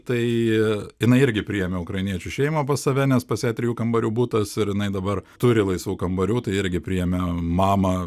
tai jinai irgi priėmė ukrainiečių šeimą pas save nes pas ją trijų kambarių butas ir jinai dabar turi laisvų kambarių tai irgi priėmė mamą